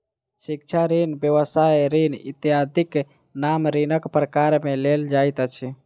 शिक्षा ऋण, व्यवसाय ऋण इत्यादिक नाम ऋणक प्रकार मे लेल जाइत अछि